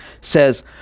says